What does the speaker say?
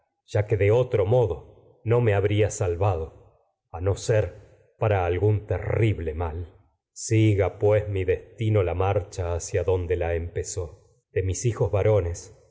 puede matar de otro modo no me habría salvado a no ser para algún terrible mal siga zó pues mis mi destino la marcha hacia donde la empe hijos varones